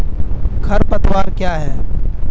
खरपतवार क्या है?